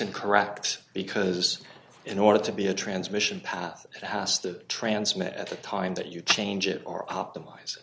incorrect because in order to be a transmission path past the transmit at the time that you change it or optimize